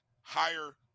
higher